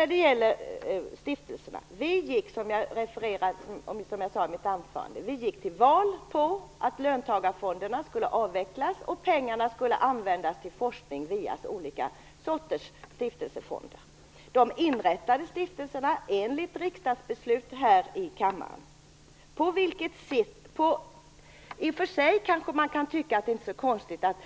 När det gäller stiftelserna vill jag säga att vi, som jag sade i mitt anförande, gick till val på att löntagarfonderna skulle avvecklas och pengarna användas till forskning via olika stiftelseformer. Stiftelserna inrättades i enlighet med ett riksdagsbeslut här i kammaren. I och för sig kanske man kan tycka att det inte är så konstigt att